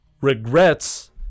regrets